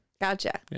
Gotcha